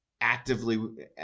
actively –